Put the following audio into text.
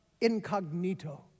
incognito